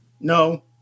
No